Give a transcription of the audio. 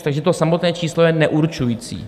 Takže to samotné číslo je neurčující.